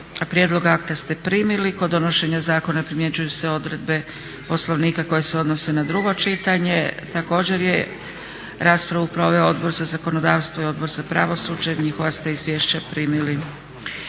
prijedlog akta ste primili. Kod donošenja zakona primjenjuju se odredbe Poslovnika koje se odnose na drugo čitanje. Također je raspravu proveo Odbor za zakonodavstvo i Odbor za pravosuđe. Njihova ste izvješća primili.